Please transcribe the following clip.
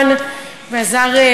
עברה